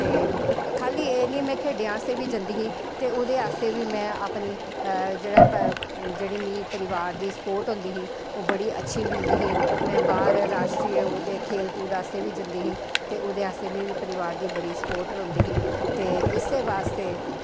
ते खाल्ली एह् निं की में खेढ़ें आस्तै जंदी ही ते ओह्दे आस्तै बी में अपनी जेह्ड़ी इपनी परिवार दी स्पोर्ट होंदी ही ओह् बड़ी अच्छी मिलदी ही में बाहर ओह्दे राश्ट्रीय खेल आस्तै बी जंदी ही ते ओह्दे आस्तै मिगी परिुिवार दी बड़ी स्पोर् रौहंदी ही ते इस्सै बास्तै